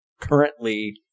currently